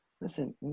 Listen